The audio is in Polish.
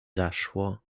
zaszło